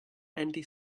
anti